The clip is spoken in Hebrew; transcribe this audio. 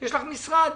יש משרד.